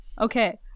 Okay